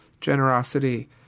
generosity